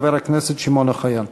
חבר הכנסת שמעון אוחיון.